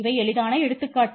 இவை எளிதான எடுத்துக்காட்டு